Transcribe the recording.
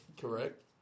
Correct